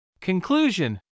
Conclusion